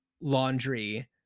laundry